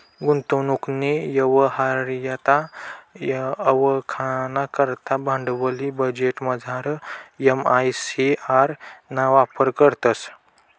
गुंतवणूकनी यवहार्यता वयखाना करता भांडवली बजेटमझार एम.आय.सी.आर ना वापर करतंस